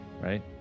right